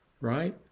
right